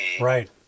Right